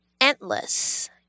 endless